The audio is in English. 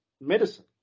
medicine